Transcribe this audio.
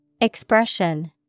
Expression